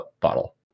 bottle